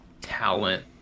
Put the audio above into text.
talent